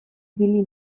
ibili